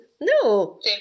No